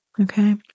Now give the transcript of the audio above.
Okay